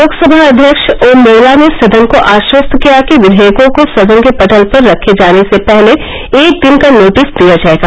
लोकसभा अध्यक्ष ओम बिड़ला ने सदन को आश्वस्त किया कि विधेयकों को सदन के पटल पर रखे जाने से पहले एक दिन का नोटिस दिया जायेगा